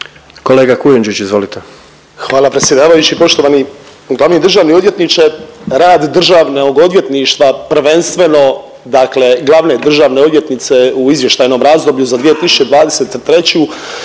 **Kujundžić, Ante (MOST)** Hvala predsjedavajući. Poštovani glavni državni odvjetniče, rad državnog odvjetništva prvenstveno dakle glavne državne odvjetnice u izvještajnom razdoblju za 2023.